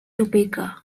topeka